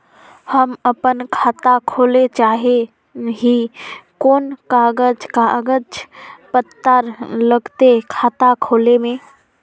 हम अपन खाता खोले चाहे ही कोन कागज कागज पत्तार लगते खाता खोले में?